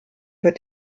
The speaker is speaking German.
wird